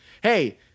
Hey